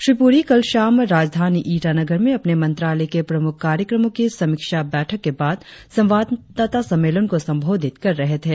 श्री प्ररी कल शाम राजधानी ईटालगर में अपने मंत्रालय के प्रमुख कार्यक्रमो की समीक्षा बैठक के बाद संवाददाता सम्मेलन को संबोधित कर रहे थे